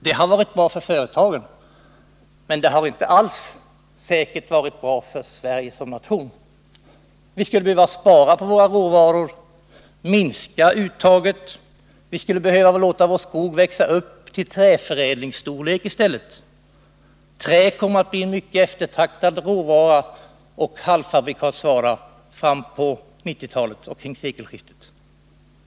Det har varit bra för företagen, men det har säkert inte alls varit bra för Sverige som nation. Vi skulle behöva spara på våra råvaror, minska uttaget och låta vår skog växa upp till träförädlingsstorlek i stället. Trä kommer att bli mycket eftertraktad råvara och halvfabrikatsvara på 1990-talet och vid sekelskiftet.